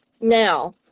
now